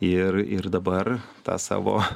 ir ir dabar tą savo